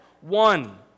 one